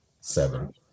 Seven